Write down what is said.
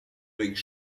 durch